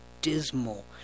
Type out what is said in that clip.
dismal